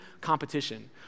competition